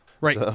Right